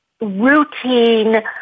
routine